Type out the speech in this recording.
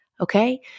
Okay